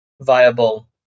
viable